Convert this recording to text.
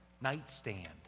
nightstand